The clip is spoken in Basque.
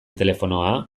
telefonoa